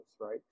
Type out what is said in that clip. right